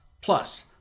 Plus